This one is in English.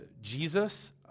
Jesus